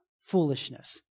foolishness